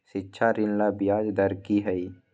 शिक्षा ऋण ला ब्याज दर कि हई?